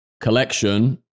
collection